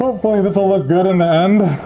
hopefully this'll look good in the end.